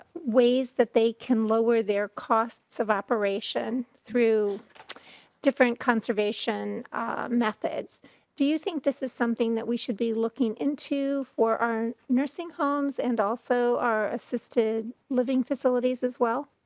ways that they can lower their costs of operation through different conservation methods do you think this is something that we should be looking into forearm nursing homes homes and also our assisted living facilities as well.